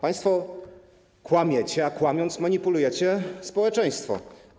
Państwo kłamiecie, a kłamiąc, manipulujecie społeczeństwem.